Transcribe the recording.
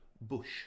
bush